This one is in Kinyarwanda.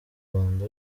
rwanda